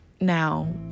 now